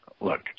look